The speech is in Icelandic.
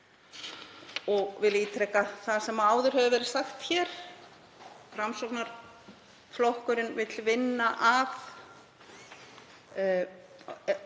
og vil ítreka það sem áður hefur verið sagt hér: Framsóknarflokkurinn vill vinna í